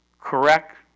correct